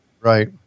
right